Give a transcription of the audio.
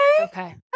Okay